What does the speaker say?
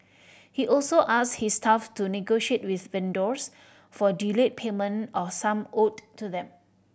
he also asked his staff to negotiate with vendors for delayed payment of sum owed to them